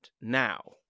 now